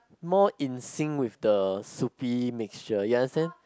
more in sync with the soupy mixture you understand